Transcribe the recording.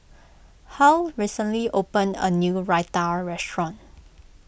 Huy recently opened a new Raita restaurant